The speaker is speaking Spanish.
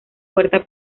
puerta